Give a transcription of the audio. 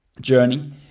journey